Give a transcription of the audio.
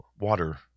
water